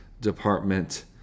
Department